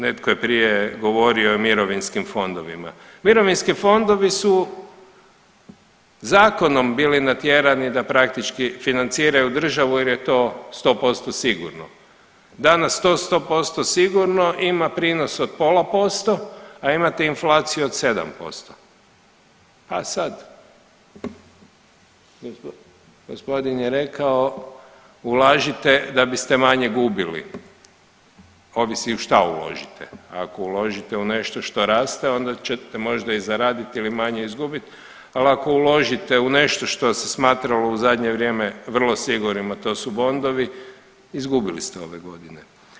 Netko je prije govorio o mirovinskim fondovima, mirovinski fondovi su zakonom bili natjerani da praktički financiraju državu jer je to 100% sigurno, danas to 100% sigurno ima prinos od pola posta, a imate inflaciju od 7%, a sad gospodin je rekao ulažite da biste manje gubili, ovisi u šta uložite, ako uložite u nešto što raste onda ćete možda i zaradit ili manje izgubit, al ako uložite u nešto što se smatralo u zadnje vrijeme vrlo sigurnim, a to su Bondovi izgubili ste ove godine.